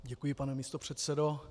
Děkuji, pane místopředsedo.